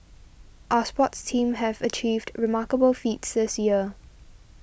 our sports teams have achieved remarkable feats this year